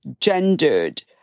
gendered